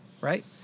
Right